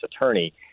attorney